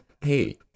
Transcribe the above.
hey